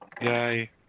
Yay